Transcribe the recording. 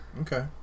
okay